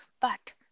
But